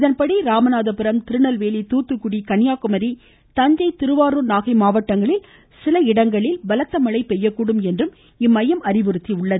இதன்படி ராமநாதபுரம் திருநெல்வேலி தாத்துக்குடி கன்னியாகுமரி தஞ்சை திருவாரூர் நாகை மாவட்டங்களில் சில இடங்களில் பலத்த மழை பெய்யக்கூடும் என்றும் இம்மையம் கூறியுள்ளது